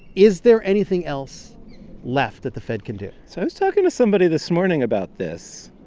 is there anything else left that the fed can do? so it's talking to somebody this morning about this,